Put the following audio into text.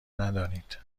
ندانید